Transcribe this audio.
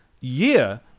year